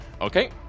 Okay